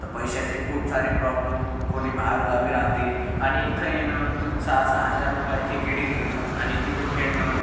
तर पैशाचे खूप सारे प्रॉब्लम कोणी बाहेरगावी राहते आणि इथं येणं सहा सहा हजार रुपयाची किट घेणं आणि तिथं खेळणं